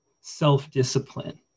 self-discipline